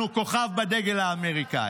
אנחנו כוכב על דגל האמריקאי.